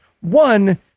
one